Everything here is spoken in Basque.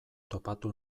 topatu